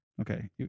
Okay